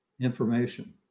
information